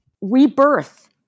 rebirth